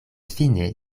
fine